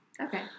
Okay